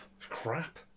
Crap